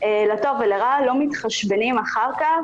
לטוב ולרע, לא מתחשבנים אחר כך